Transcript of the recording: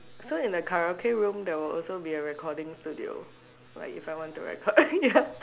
so in the Karaoke room there will also be a recording studio like if I want to record ya